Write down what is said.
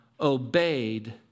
obeyed